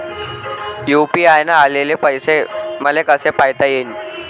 UPI न आलेले पैसे मले कसे पायता येईन?